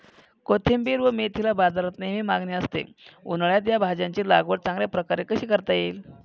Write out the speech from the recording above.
कोथिंबिर व मेथीला बाजारात नेहमी मागणी असते, उन्हाळ्यात या भाज्यांची लागवड चांगल्या प्रकारे कशी करता येईल?